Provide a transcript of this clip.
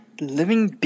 living